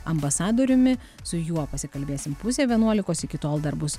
ambasadoriumi su juo pasikalbėsim pusę vienuolikos iki tol dar bus